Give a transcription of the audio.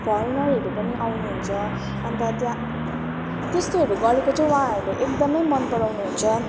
फरेनरहरू पनि आउनुहुन्छ अन्त त्यहाँ त्यस्तोहरू गरेको चाहिँ उहाँहरूले एकदमै मनपराउनु हुन्छ